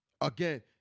again